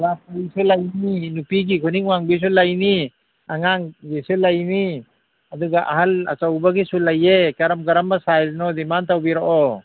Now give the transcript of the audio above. ꯂꯩꯅꯤ ꯅꯨꯄꯤꯒꯤ ꯈꯨꯅꯤꯡ ꯋꯥꯡꯕꯤꯁꯨ ꯂꯩꯅꯤ ꯑꯉꯥꯡꯒꯤꯁꯨ ꯂꯩꯅꯤ ꯑꯗꯨꯒ ꯑꯍꯜ ꯑꯆꯧꯕꯒꯤꯁꯨ ꯂꯩꯌꯦ ꯀꯔꯝ ꯀꯔꯝꯕ ꯁꯥꯏꯖꯅꯣ ꯗꯤꯃꯥꯟ ꯇꯧꯕꯤꯔꯛꯑꯣ